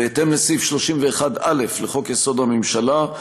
בהתאם לסעיף 31(א) לחוק-יסוד: הממשלה,